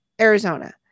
Arizona